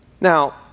now